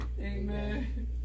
Amen